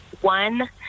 one